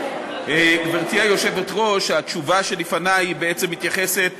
גברתי היושבת-ראש, התשובה שלפני בעצם מתייחסת